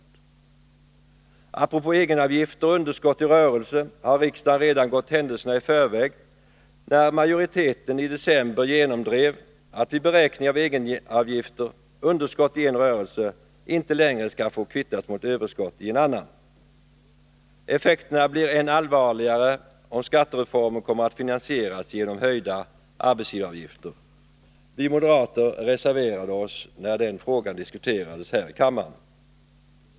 När det gäller egenavgifter och underskott i rörelse har riksdagen redan gått händelserna i förväg. Majoriteten genomdrev i december att vid beräkning av egenavgifter underskott i en rörelse inte längre skall få kvittas mot överskott i en annan. Effekterna blir än allvarligare om skattereformen kommer att finansieras genom höjda arbetsgivaravgifter. Vi moderater reserverade oss när den frågan diskuterades här i kammaren.